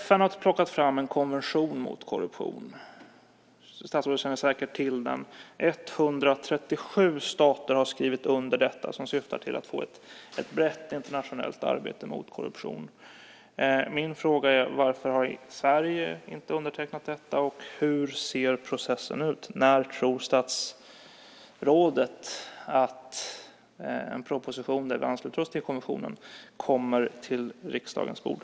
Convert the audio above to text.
FN har tagit fram en konvention mot korruption. Statsrådet känner säkert till den. 137 stater har anslutit sig till denna konvention som syftar till att man ska få ett brett internationellt arbete mot korruption. Min fråga är varför Sverige inte har anslutit sig till den, och hur ser processen ut? När tror statsrådet att en proposition med förslag om att vi ska ansluta oss till konventionen kan läggas på riksdagens bord?